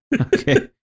Okay